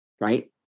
right